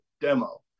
demo